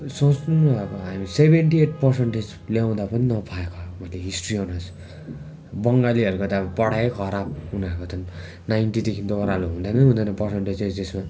सोच्नु न अब हामी सेभेन्टी एट पर्सन्टेज ल्याउँदा पनि नपाएको अब मैले हिस्ट्री अनर्स बङ्गालीहरूको त आबो पढाइ खराब उनीहरूको त नाइन्टीदेखि त ओह्रालो हुँदैन हुँदैन पर्सन्टेज एचएसमा